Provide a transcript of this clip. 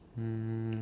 um